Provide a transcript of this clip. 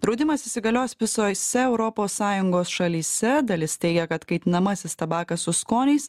draudimas įsigalios visose europos sąjungos šalyse dalis teigia kad kaitinamasis tabakas su skoniais